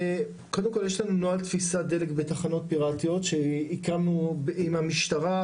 קודם כל יש לנו נוהל תפיסת דלק בתחנות פיראטיות שהקמנו עם המשטרה,